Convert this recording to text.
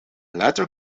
latter